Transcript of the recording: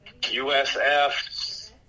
USF